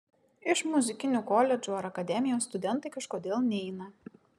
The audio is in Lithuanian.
iš muzikinių koledžų ar akademijos studentai kažkodėl neina